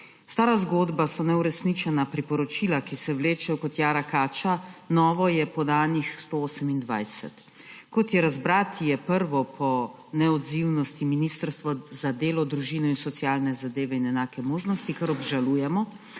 Stara zgodba so neuresničena priporočila, ki se vlečejo kot jara kača, na novo je podanih 128. Kot je razbrati, je prvo po neodzivnosti Ministrstvo za delo, družino, socialne zadeve in enake možnosti, kar obžalujemo.